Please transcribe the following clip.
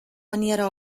maniera